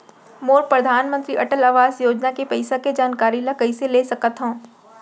मोर परधानमंतरी अटल आवास योजना के पइसा के जानकारी ल कइसे ले सकत हो?